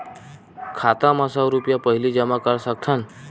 खाता मा सौ रुपिया पहिली जमा कर सकथन?